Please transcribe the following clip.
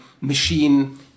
machine